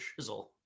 shizzle